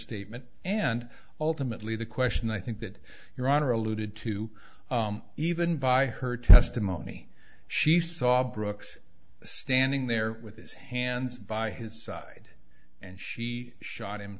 statement and ultimately the question i think that your honor alluded to even by her testimony she saw brooks standing there with his hands by his side and she shot him